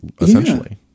essentially